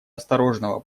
осторожного